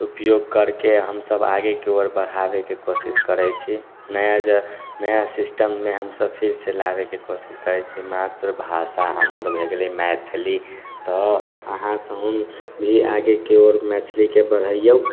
उपयोग करके हमसब आगेके ओर बढ़ाबेके कोशिश करैत छी नया जे नया सिस्टममे हमसब फिर से लाबैके कोशिश करैत छी मातृभाषा हमर भए गेलै मैथिली तऽ अहाँ सब भी आगे की ओर मैथिलीके बढ़ैऔ